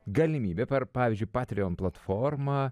galimybė per pavyzdžiui per patrion platformą